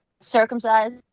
Circumcised